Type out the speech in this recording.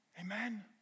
Amen